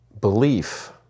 belief